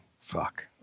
fuck